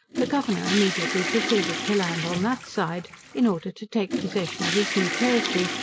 the governor immediately proceeded to land on that side, in order to take possession of his new territory,